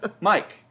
Mike